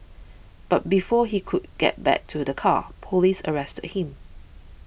but before he could get back to the car police arrested him